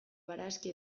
barazki